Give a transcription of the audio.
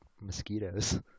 mosquitoes